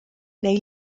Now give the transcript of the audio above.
neu